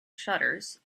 shutters